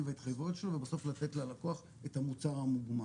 וההתחייבויות שלו ובסוף לתת ללקוח את המוצר המוגמר.